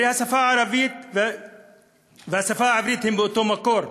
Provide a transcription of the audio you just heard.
הרי השפה הערבית והשפה העברית הן מאותו מקור,